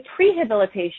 prehabilitation